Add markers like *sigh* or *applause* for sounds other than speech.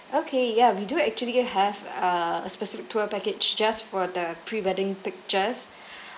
okay yeah we do actually have a specific tour package just for the pre wedding pictures *breath*